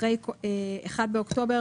אחרי '1 באוקטובר',